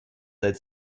that